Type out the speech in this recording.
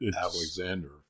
Alexander